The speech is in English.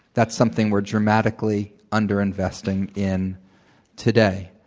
that's something we're dramatically under-investing in today.